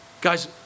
Guys